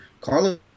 Carlos